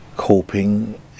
coping